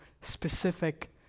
specific